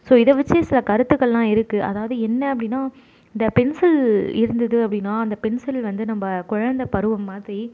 so இதை வெச்சு சில கருத்துக்கள்லாம் இருக்குது அதாவது என்ன அப்படின்னா இந்த பென்சில் இருந்தது அப்படின்னா அந்த பென்சில் வந்து நம்ப குழந்தை பருவம் மாதிரி